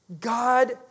God